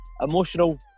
emotional